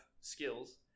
skills